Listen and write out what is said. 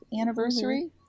anniversary